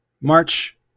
March